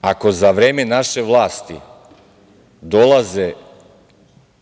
ako za vreme naše vlasti dolaze